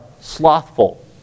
slothful